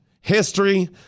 History